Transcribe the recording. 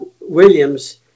Williams